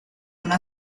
una